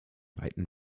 weiten